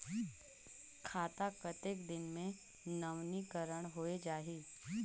खाता कतेक दिन मे नवीनीकरण होए जाहि??